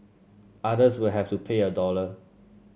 others will have to pay a dollar